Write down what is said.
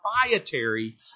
proprietary